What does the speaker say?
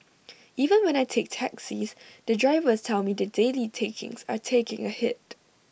even when I take taxis the drivers tell me the daily takings are taking A hit